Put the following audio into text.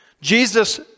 Jesus